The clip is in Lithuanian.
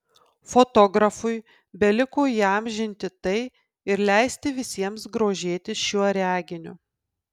fotografui beliko įamžinti tai ir leisti visiems grožėtis šiuo reginiu